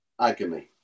agony